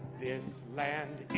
this land